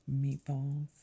Meatballs